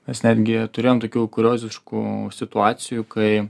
mes netgi turėjom tokių kurioziškų situacijų kai